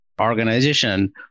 organization